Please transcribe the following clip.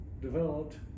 developed